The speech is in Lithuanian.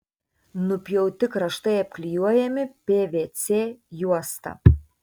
nupjauti kraštai apklijuojami pvc juosta